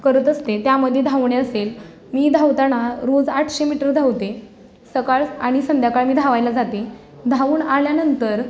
करत असते त्यामध्ये धावणे असेल मी धावताना रोज आठशे मीटर धावते सकाळ आणि संध्याकाळ मी धावायला जाते धावून आल्यानंतर